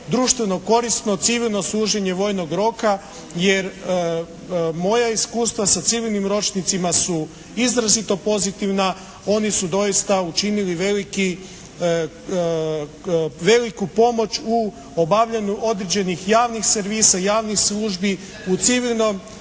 društveno korisno civilno služenje vojnog roka, jer moja iskustva sa civilnim ročnicima su izrazito pozitivna, oni su doista učinili veliku pomoć u obavljanju određenih javnih servisa, javnih službi, u civilnom